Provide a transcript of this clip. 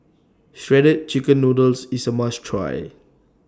Shredded Chicken Noodles IS A must Try